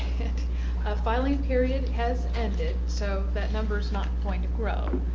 and filing period has ended. so that number is not going to grow.